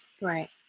Right